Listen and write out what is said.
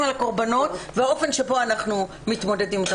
על הקורבנות והאופן שבו אנחנו מתמודדים איתן?